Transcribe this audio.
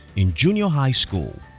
in junior high school,